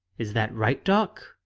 is that right, doc?